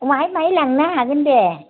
बाहाय बाहाय लांनो हागोन दे